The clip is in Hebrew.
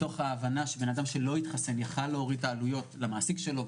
מתוך הבנה שאדם שלא התחסן יכל להוריד את העלויות למעסיק שלו,